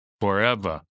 forever